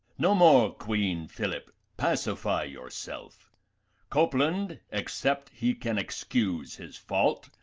no more, queen phillip, pacify your self copland, except he can excuse his fault,